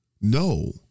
no